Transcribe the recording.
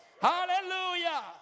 hallelujah